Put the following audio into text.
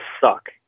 suck